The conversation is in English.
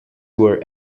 were